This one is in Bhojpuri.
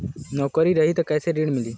नौकरी रही त कैसे ऋण मिली?